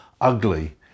ugly